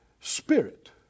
Spirit